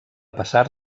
passar